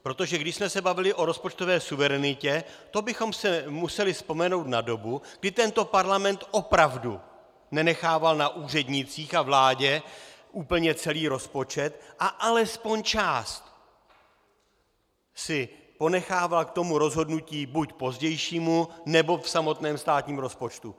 Protože když jsme se bavili o rozpočtové suverenitě, to bychom si museli vzpomenout na dobu, kdy tento parlament opravdu nenechával na úřednících a vládě úplně celý rozpočet a alespoň část si ponechával k rozhodnutí buď pozdějšímu, nebo v samotném státním rozpočtu.